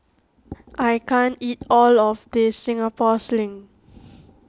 I can't eat all of this Singapore Sling